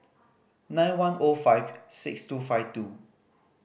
nine one O five six two five two